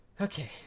Okay